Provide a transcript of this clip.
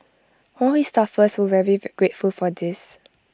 all his staffers were very grateful for this